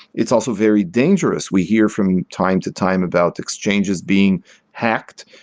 it's also very dangerous. we hear from time to time about exchanges being hacked.